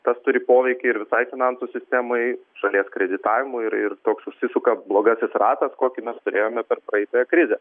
tas turi poveikį ir visai finansų sistemai šalies kreditavimui ir ir toks užsisuka blogasis ratas kokį mes turėjome per praeitą krizę